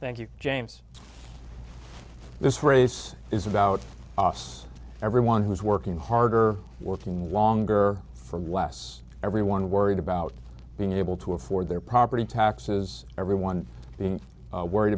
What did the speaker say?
thank you james this race is about us everyone who's working harder working longer for less everyone worried about being able to afford their property taxes everyone being worried